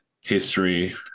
history